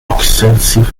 extensive